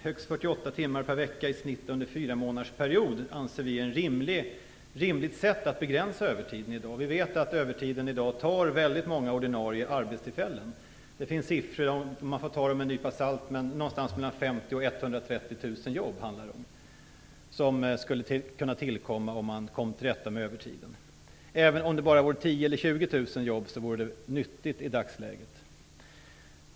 Vi anser att det är rimligt att begränsa övertiden i dag till högst 48 Vi vet att övertiden i dag tar väldigt många ordinarie arbetstillfällen. Det finns siffror som visar att det handlar om 50 000-130 000 jobb som skulle kunna tillkomma om vi kom till rätta med övertiden. Man får dock ta dessa siffror med en nypa salt. Det vore nyttigt även om det bara vore 10 000-20 000 jobb.